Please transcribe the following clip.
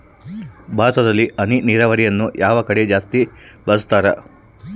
ಭಾರತದಲ್ಲಿ ಹನಿ ನೇರಾವರಿಯನ್ನು ಯಾವ ಕಡೆ ಜಾಸ್ತಿ ಬಳಸುತ್ತಾರೆ?